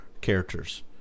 characters